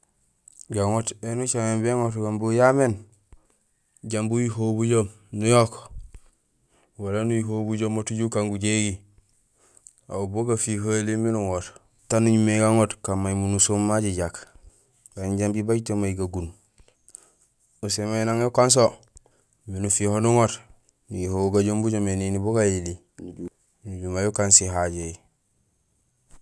Gaŋoot éni ucaméén béŋot go imbi uyaméén, jambi ujuhowul bujoom nuyook, wala nuyuhowul bujoom maat uju ukaan gujégi, aw bugafihohali miin uŋoot, taan uñumé gaŋoot, kaan may munusohum ma jajaak baan jambi bay to may gagun. Usé may nang ukanso miin ufiho nuŋoot, nuyuhowul gajoom bujoom énini bu gayili, nuju may ukaan sihajohi.